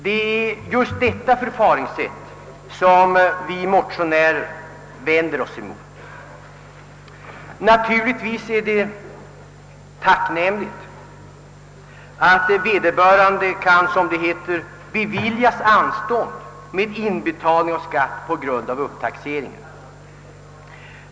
Det är just detta förfaringssätt som vi motionärer vänder oss emot. Naturligtvis är det tacknämligt att vederbörande kan som det heter »beviljas anstånd med inbetalning av skatt på grund av upptaxeringen».